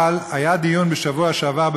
אבל היה דיון בשבוע שעבר,